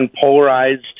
polarized